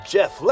Jeff